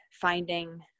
finding